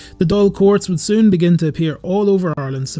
the dail courts would soon begin to appear all over ireland, so